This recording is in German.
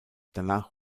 danach